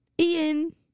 ian